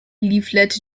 leaflet